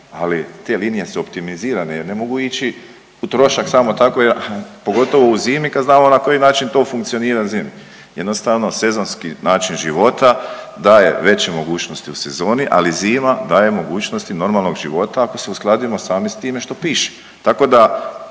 Ali te linije su optimizirane, jer ne mogu ići u trošak samo tako pogotovo u zimi kad znamo na koji način to funkcionira zimi. Jednostavno sezonski način života daje veće mogućnosti u sezoni, ali zima daje mogućnosti normalnog života ako se uskladimo sami s time što piše. Tako da